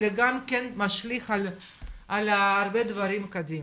אלא משליך על הרבה דברים קדימה.